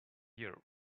here